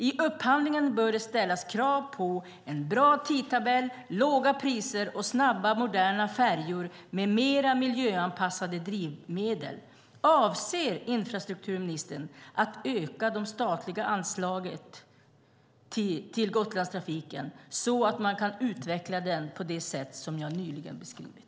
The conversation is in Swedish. I upphandlingen bör det ställas krav på en bra tidtabell, låga priser och snabba och moderna färjor med mer miljöanpassade drivmedel. Avser infrastrukturministern att öka de statliga anslagen till Gotlandstrafiken så att man kan utveckla den på det sätt som jag nyligen har beskrivit?